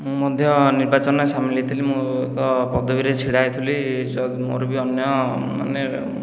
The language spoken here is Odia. ମୁଁ ମଧ୍ୟ ନିର୍ବାଚନରେ ସାମିଲ ହୋଇଥିଲି ମୁଁ ଏକ ପଦବୀରେ ଛିଡ଼ା ହୋଇଥିଲି ଯେଉଁ ମୋର ବି ଅନ୍ୟ ମାନେ